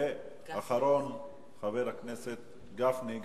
ואחרון חבר הכנסת גפני,